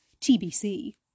TBC